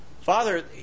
Father